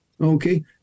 okay